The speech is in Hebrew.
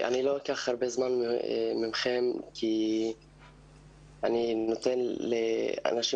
אני לא אקח הרבה זמן מכם כי אני נותן לאנשים